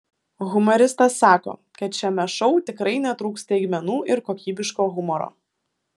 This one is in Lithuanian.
humoristas sako kad šiame šou tikrai netrūks staigmenų ir kokybiško humoro